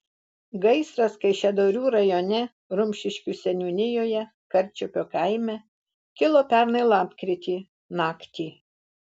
gaisras kaišiadorių rajone rumšiškių seniūnijoje karčiupio kaime kilo pernai lapkritį naktį